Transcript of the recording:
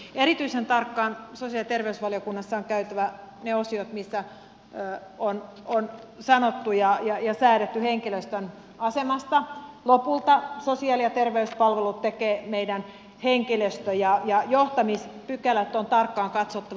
erityisen tarkkaan sosiaali ja terveysvaliokunnassa on käytävä ne osiot missä on sanottu ja säädetty henkilöstön asemasta lopulta sosiaali ja terveyspalvelut tekee meidän henkilöstömme ja johtamispykälät on tarkkaan katsottava